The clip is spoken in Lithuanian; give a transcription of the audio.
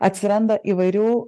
atsiranda įvairių